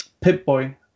Pip-Boy